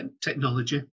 technology